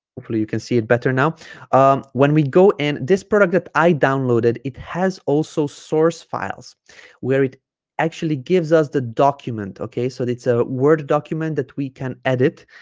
hopefully you can see it better now um when we go in this product that i downloaded it has also source files where it actually gives us the document okay so it's a word document that we can edit